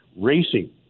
Racing